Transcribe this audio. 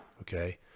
Okay